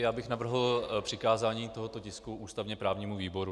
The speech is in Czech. Já bych navrhl přikázání tohoto tisku navíc ústavněprávnímu výboru.